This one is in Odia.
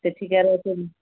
ସେଠିକାର